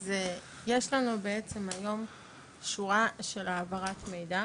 אז יש לנו בעצם היום שורה של העברת מידע